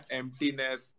emptiness